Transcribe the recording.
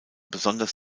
besonders